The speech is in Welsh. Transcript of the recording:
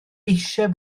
eisiau